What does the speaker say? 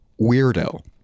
weirdo